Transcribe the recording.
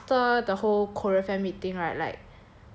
like after the whole korea fan meeting right like